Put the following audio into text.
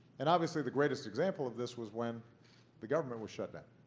and obviously, the greatest example of this was when the government was shut down